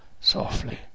Softly